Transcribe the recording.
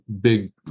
big